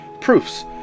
proofs